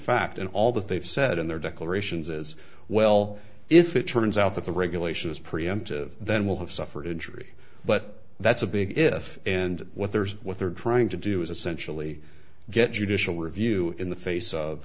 fact and all that they've said in their declarations is well if it turns out that the regulation is preemptive then we'll have suffered injury but that's a big if and what there's what they're trying to do is essentially get judicial review in the face of